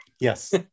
yes